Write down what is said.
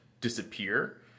disappear